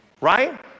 Right